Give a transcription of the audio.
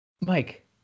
Mike